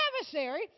adversary